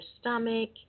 stomach